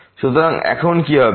সুতরাং এখন কি হবে কারণ x my2